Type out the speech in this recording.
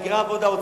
מהגרי עבודה.